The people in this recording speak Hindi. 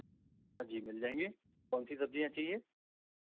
हाँ जी मिल जायेंगी कौन सी सब्जियाँ चाहिए